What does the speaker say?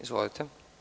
Izvolite.